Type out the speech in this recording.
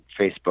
Facebook